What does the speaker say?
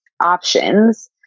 options